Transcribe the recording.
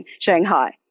Shanghai